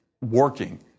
working